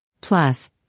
Plus